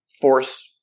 force